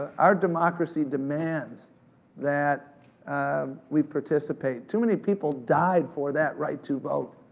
our democracy demands that we participate. too many people died for that right to vote.